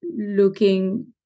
looking